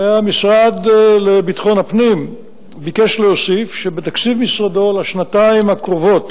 המשרד לביטחון הפנים ביקש להוסיף שבתקציבו לשנתיים הקרובות